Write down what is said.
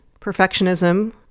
perfectionism